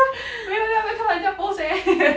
没有啊我没有看到人家 post eh